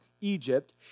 Egypt